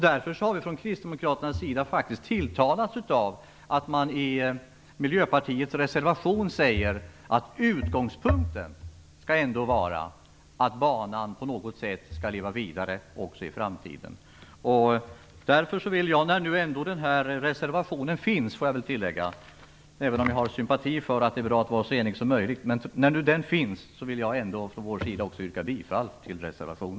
Därför har vi kristdemokrater faktiskt tilltalats av att man i Miljöpartiets reservation säger att utgångspunkten ändå skall vara att banan på något sätt skall leva vidare också i framtiden. När nu den här reservationen finns, även om jag har sympati för att det är bra att vara så eniga som möjligt, vill jag yrka bifall till den.